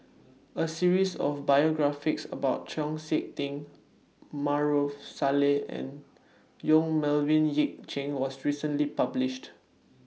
A series of biographies about Chau Sik Ting Maarof Salleh and Yong Melvin Yik Chye was recently published